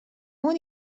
اون